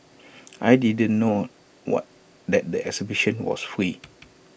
I didn't know what that the exhibition was free